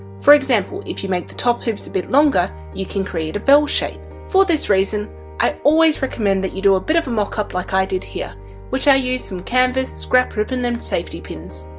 for example, if you make the top hoops a bit longer, you can create a bell shape. for this reason i always recommend that you do a bit of a mock-up like i did here which i used some canvas scrap ribbon and safety pins.